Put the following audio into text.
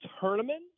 tournament